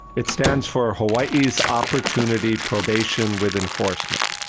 it stands for hawaii's opportunity probation with enforcement.